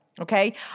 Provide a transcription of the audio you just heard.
Okay